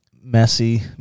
messy